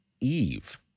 Eve